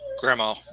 Grandma